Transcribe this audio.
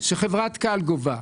זו שחברת כאל גובה.